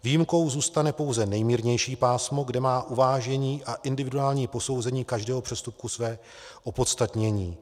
Výjimkou zůstane pouze nejmírnější pásmo, kde má uvážení a individuální posouzení každého přestupku své opodstatnění.